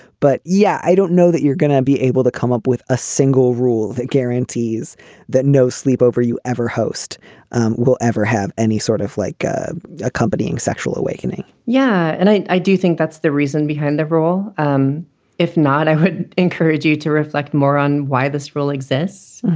but yeah, i don't know that you're going to be able to come up with a single rule that guarantees that no sleep over you ever host will ever have any sort of like accompanying sexual awakening yeah. and i i do think that's the reason behind the role. um if not, i would encourage you to reflect more on why this rule exists.